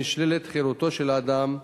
נשללת חירותו של האדם,